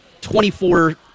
Twenty-four